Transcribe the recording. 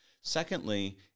Secondly